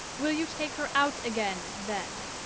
will you take her out again, then.